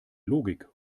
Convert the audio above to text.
logik